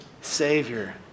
Savior